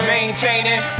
Maintaining